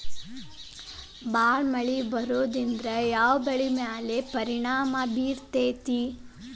ಭಾಳ ಮಳಿ ಬರೋದ್ರಿಂದ ಯಾವ್ ಬೆಳಿ ಮ್ಯಾಲ್ ಪರಿಣಾಮ ಬಿರತೇತಿ?